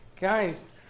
guys